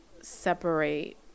separate